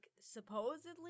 supposedly